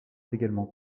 également